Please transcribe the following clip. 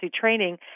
training